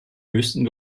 höchsten